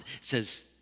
says